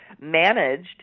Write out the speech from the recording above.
managed